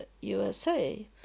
USA